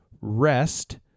rest